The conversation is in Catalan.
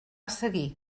seguir